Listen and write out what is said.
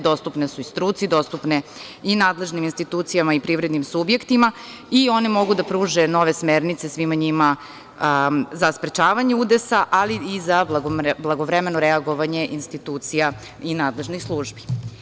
Dostupne su struci, dostupne i nadležnim institucijama i privrednim subjektima i one mogu da pruže nove smernice svima njima za sprečavanje udesa, ali i za blagovremeno reagovanje institucija i nadležnih službi.